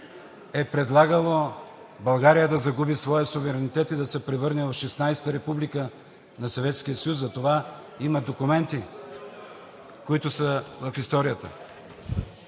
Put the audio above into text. е предлагало България да загуби своя суверенитет и да се превърне в 16-а република на Съветския съюз – за това има документи, които са в историята.